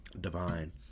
Divine